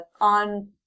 on